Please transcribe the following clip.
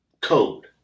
code